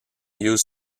use